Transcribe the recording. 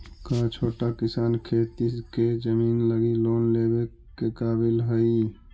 का छोटा किसान खेती के जमीन लगी लोन लेवे के काबिल हई?